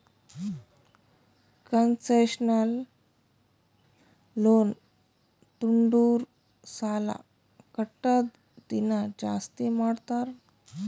concessional loan ತೊಂಡುರ್ ಸಾಲಾ ಕಟ್ಟದ್ ದಿನಾ ಜಾಸ್ತಿ ಮಾಡ್ತಾರ್